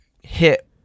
hit